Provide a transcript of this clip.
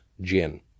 gin